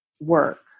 work